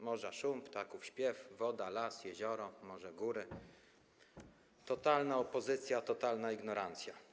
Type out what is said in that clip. Morza szum, ptaków śpiew, woda, las, jezioro, a może góry - totalna opozycja, totalna ignorancja.